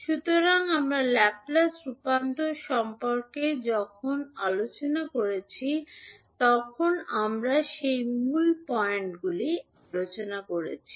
সুতরাং আমরা ল্যাপলেস রূপান্তর সম্পর্কে যখন আলোচনা করছি তখন আমরা সেই মূল পয়েন্টগুলি আলোচনা করেছি